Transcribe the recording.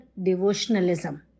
devotionalism